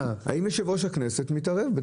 האם יושב-ראש הכנסת מתערב?